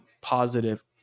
positive